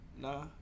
Nah